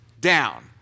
down